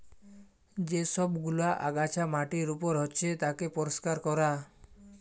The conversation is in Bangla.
যে সব গুলা আগাছা মাটির উপর হচ্যে তাকে পরিষ্কার ক্যরা